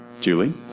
Julie